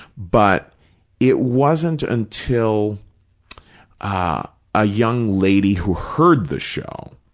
but it wasn't until ah a young lady who heard the show